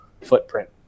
footprint